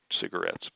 cigarettes